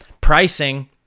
Pricing